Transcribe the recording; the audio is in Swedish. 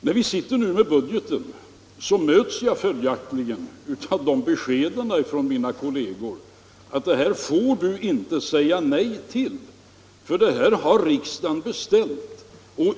När vi nu arbetar med budgeten möts jag följaktligen av de beskeden från mina kolleger att detta får du inte säga nej till för det har riksdagen beställt.